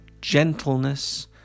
gentleness